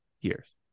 years